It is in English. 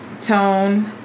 tone